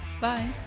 Bye